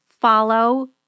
follow